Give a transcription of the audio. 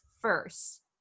first